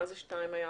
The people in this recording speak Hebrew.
מה זה 2 האפור?